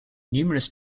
numerous